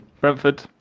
Brentford